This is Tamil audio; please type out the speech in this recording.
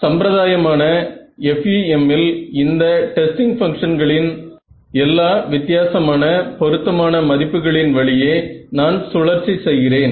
சம்பிரதாயமான FEM இல் இந்த டெஸ்டிங் பங்ஷன்களின் எல்லா வித்தியாசமான பொருத்தமான மதிப்புகளின் வழியே நான் சுழற்சி செய்கிறேன்